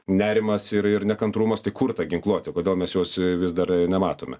nerimas ir ir nekantrumas tai kur ta ginkluotė kodėl mes jos vis dar nematome